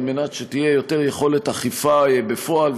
על מנת שתהיה יותר יכולת אכיפה בפועל,